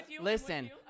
listen